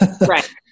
Right